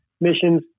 missions